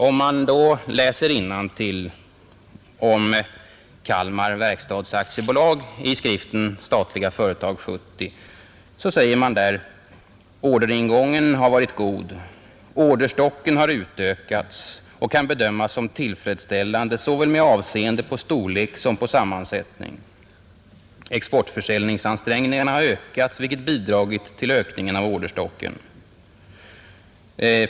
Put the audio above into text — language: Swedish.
Om man läser innantill om Kalmar Verkstads AB i skriften ”Statliga företag 70”, finner man: ”Orderingången har varit god. Orderstocken har utökats och kan bedömas som tillfredsställande såväl med avseende på storlek som på sammansättning. Exportförsäljningsansträngningarna har ökat, vilket bidragit till ökningen av orderstocken.